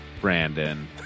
Brandon